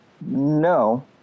no